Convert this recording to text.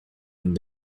and